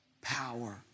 power